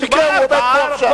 במקרה הוא עומד פה עכשיו.